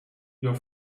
your